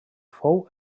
fou